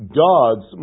gods